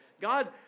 God